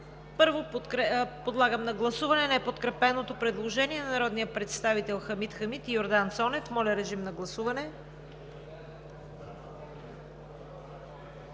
Първо подлагам на гласуване неподкрепеното предложение на народните представители Хамид Хамид и Йордан Цонев. Гласували